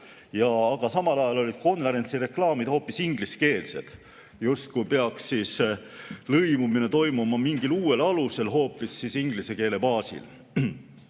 sõnu. Samal ajal olid konverentsi reklaamid hoopis ingliskeelsed. Justkui peaks lõimumine toimuma mingil uuel alusel hoopis inglise keele baasil.